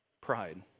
Pride